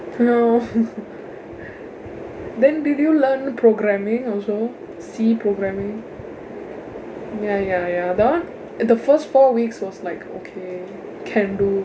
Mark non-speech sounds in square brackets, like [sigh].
oh [laughs] then did you learn programming also C programming ya ya ya that one the first four weeks was like okay can do